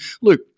look